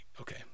Okay